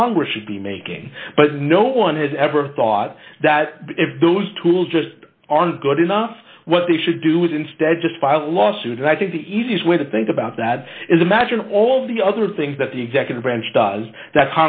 congress should be making but no one has ever thought that if those tools just aren't good enough what they should do is instead just file a lawsuit and i think the easiest way to think about that is imagine all the other things that the executive branch does that